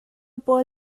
pawl